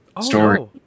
story